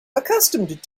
accustomed